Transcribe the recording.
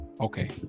okay